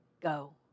go